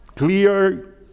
clear